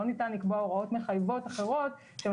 אבל לא ניתן לקבוע הוראות מחייבות אחרות שהן